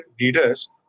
leaders